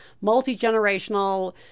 multi-generational